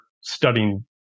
studying